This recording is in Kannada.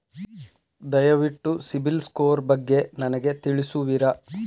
ದಯವಿಟ್ಟು ಸಿಬಿಲ್ ಸ್ಕೋರ್ ಬಗ್ಗೆ ನನಗೆ ತಿಳಿಸುವಿರಾ?